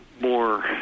more